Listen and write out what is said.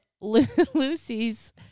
Lucy's